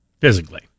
Physically